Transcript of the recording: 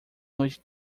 noite